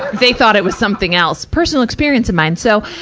they thought it was something else. personal experience of mine. so,